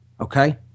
okay